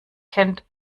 kennt